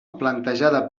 plantejada